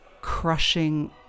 crushing